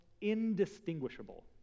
indistinguishable